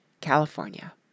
California